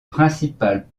principale